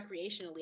recreationally